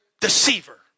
deceiver